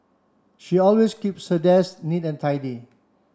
she always keeps her desk neat and tidy